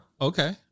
Okay